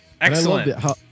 excellent